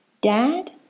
Dad